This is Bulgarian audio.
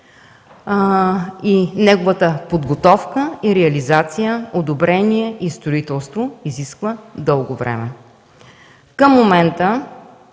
и неговата подготовка и реализация, одобрение и строителство изисква дълго време. Към момента